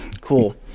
Cool